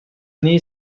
nii